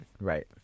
Right